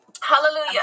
Hallelujah